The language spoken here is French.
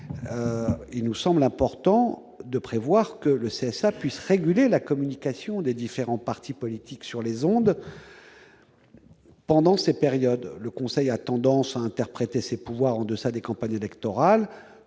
il nous semble important de prévoir que le CSA puisse réguler la communication des différents partis politiques sur les ondes pendant ces périodes. Le Conseil a tendance à interpréter ses pouvoirs en deçà des campagnes électorales